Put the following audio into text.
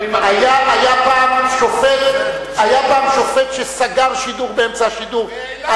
היה פעם שופט שסגר שידור באמצע השידור.